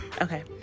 okay